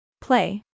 Play